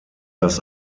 das